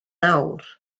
awr